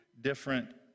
different